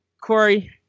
Corey